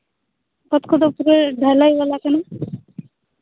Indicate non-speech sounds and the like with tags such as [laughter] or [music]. [unintelligible] ᱰᱷᱟᱞᱟᱭ ᱵᱟᱞᱟ ᱠᱟᱱᱟ